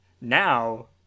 now